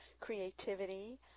creativity